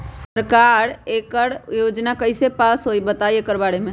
सरकार एकड़ योजना कईसे पास होई बताई एकर बारे मे?